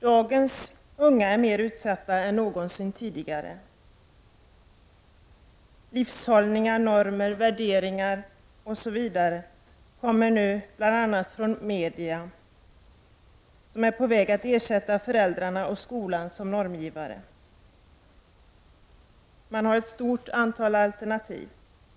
Dagens ungdomar är mer utsatta än någonsin tidigare. Livshållningar, normer, värderingar osv. kommer nu bl.a. från media, som är på väg att ersätta föräldrarna och skolan som normgivare. Det finns ett stort antal alternativ.